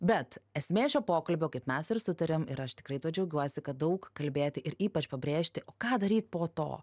bet esmė šio pokalbio kaip mes ir sutarėm ir aš tikrai tuo džiaugiuosi kad daug kalbėti ir ypač pabrėžti ką daryt po to